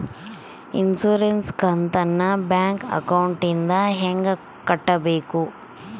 Insurance ಕಂತನ್ನ bank ಅಕೌಂಟಿಂದ ಹೆಂಗ ಕಟ್ಟಬೇಕು?